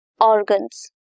organs